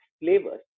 flavors